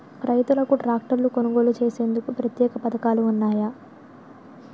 రైతులకు ట్రాక్టర్లు కొనుగోలు చేసేందుకు ప్రత్యేక పథకాలు ఉన్నాయా?